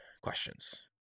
questions